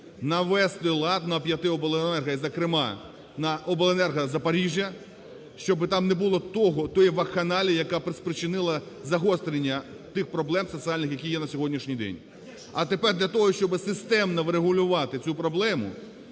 навести лад на п'яти обленерго, і, зокрема, на обленерго Запоріжжя, щоб там не було тієї вакханалії, яка спричинила загострення тих проблем соціальних, які є на сьогоднішній день. А тепер для того, щоб системно врегулювати цю проблему,